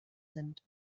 sind